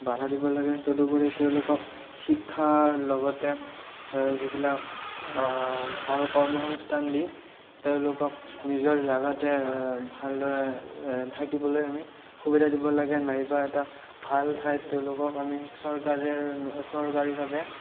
বাধা দিব লাগে তদুপৰি তেওঁলোকক শিক্ষাৰ লগতে যিবিলাক ভাল কৰ্মসংস্থাপন দি তেওঁলোকক নিজৰ জেগাতে ভালদৰে থাকিবলৈ আমি সুবিধা দিব লাগে নাইবা এটা ভাল ঠাইত তেওঁলোকক আমি চৰকাৰে চৰকাৰীভাৱে